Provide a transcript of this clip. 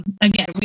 Again